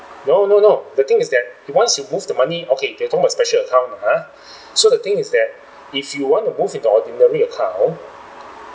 no no no the thing is that once you move the money okay don't talk about special account (uh huh) so the thing is that if you want to move into ordinary account